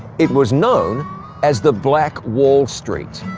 it was known as the black wall street.